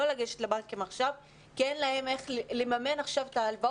לא לגשת עכשיו לבנקים כי אין להם איך לממן את ההלוואות.